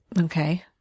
okay